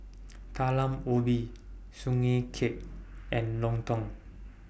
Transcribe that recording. Talam Ubi Sugee Cake and Lontong